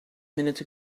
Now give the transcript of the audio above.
minute